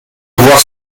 voir